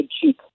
cheap